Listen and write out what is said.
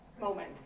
moment